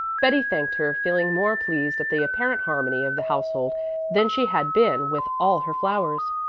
betty thanked her, feeling more pleased at the apparent harmony of the household than she had been with all her flowers.